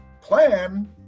plan